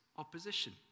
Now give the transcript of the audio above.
opposition